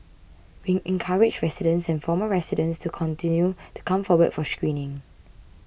we encourage residents and former residents to continue to come forward for screening